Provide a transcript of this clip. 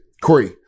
Corey